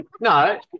No